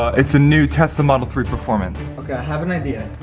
its a new tesla model three performance. okay, i have an idea.